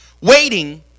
Waiting